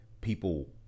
people